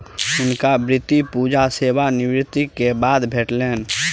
हुनका वृति पूंजी सेवा निवृति के बाद भेटलैन